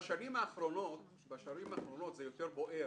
בשנים האחרונות זה יותר בוער.